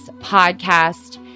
podcast